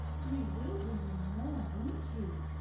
you will bring me more, won't you,